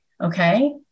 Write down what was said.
Okay